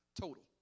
total